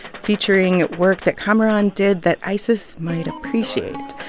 featuring work that kamaran did that isis might appreciate.